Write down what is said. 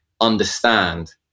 understand